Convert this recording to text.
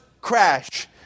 crash